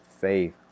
faith